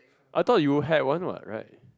I thought you had one what right